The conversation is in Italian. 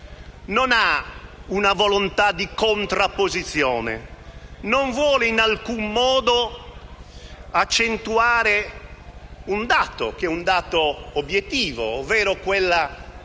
non ha una volontà di contrapposizione, non vuole in alcun modo accentuare un dato che è obiettivo, ovvero quello